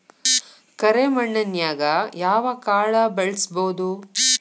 ಕರೆ ಮಣ್ಣನ್ಯಾಗ್ ಯಾವ ಕಾಳ ಬೆಳ್ಸಬೋದು?